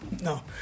No